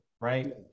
right